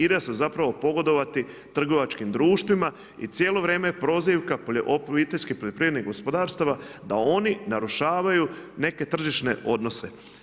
Ide se zapravo pogodovati trgovačkim društvima i cijelo vrijeme je prozivka obiteljskih poljoprivrednih gospodarstava, da oni narušavaju neke tržišne odnose.